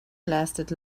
lasted